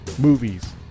movies